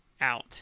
out